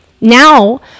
Now